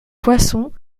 poissons